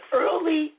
early